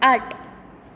आठ